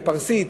בפרסית,